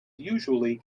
usually